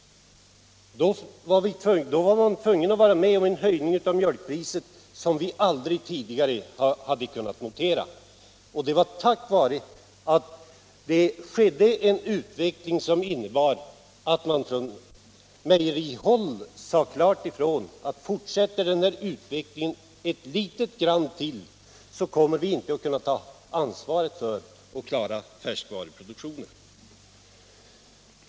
Då var man tvungen att gå med på en höjning av mjölkpriset av en storlek som vi aldrig tidigare hade kunnat notera. Det hade förekommit en utveckling som medfört att man från mejerihåll klart sade ifrån att om denna utveckling fortsatte ytterligare något, så kunde man inte ta ansvaret för att klara färskvaruproduktionen av mjölk.